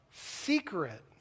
secret